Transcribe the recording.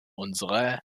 unserer